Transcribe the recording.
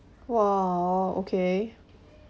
!wah! okay